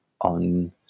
on